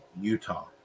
Utah